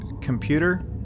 Computer